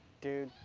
dude,